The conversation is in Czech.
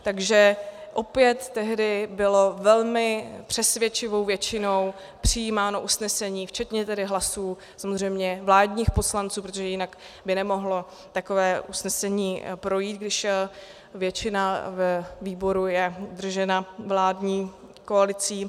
Takže opět tehdy bylo velmi přesvědčivou většinou přijímáno usnesení včetně tedy hlasů samozřejmě vládních poslanců, protože jinak by nemohlo takové usnesení projít, když většina ve výboru je držena vládní koalicí.